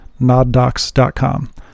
noddocs.com